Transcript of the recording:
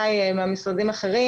השר.